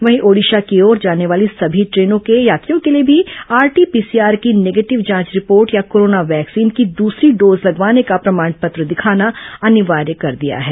वहीं ओडिशा की ओर जाने वाली ट्रेनों के यात्रियों के लिए भी आरटी पीसीआर की नेगेटिव जांच रिपोर्ट या कोरोना वैक्सीन की दूसरी डोज लगवाने का प्रमाण पत्र दिखाना अनिवार्य कर दिया गया है